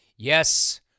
Yes